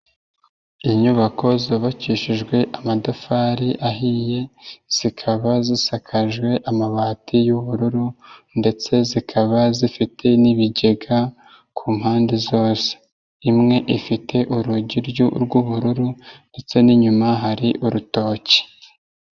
Inyubako zubakishijwe amatafari ahiye zikaba zisakajwe amabati y'ubururu ndetse zikaba zifite n'ibigega ku mpande zose, imwe ifite urugi rw'ubururu ndetse n'inyuma hari urutoki.